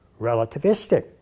relativistic